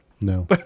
no